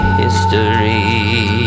history